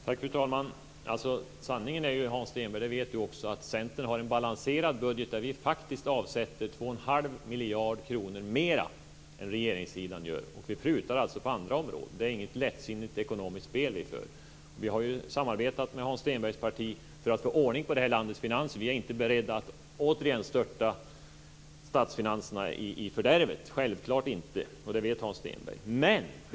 Fru talman! Sanningen är, och det vet Hans Stenberg, att Centern har en balanserad budget där vi faktiskt avsätter 2 1⁄2 miljarder kronor mer än regeringssidan gör. Detta vet Hans Stenberg.